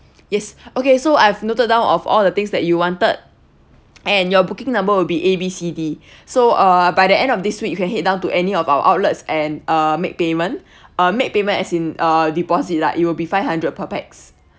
yes okay so I've noted down of all the things that you wanted and your booking number will be A B C D so uh by the end of this week you can head down to any of our outlets and uh make payment uh make payment as in uh deposit lah it will be five hundred per pax